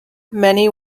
many